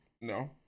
No